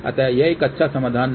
अतः यह एक अच्छा समाधान नहीं है